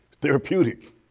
Therapeutic